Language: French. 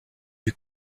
eût